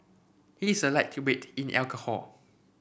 he is a lightweight in alcohol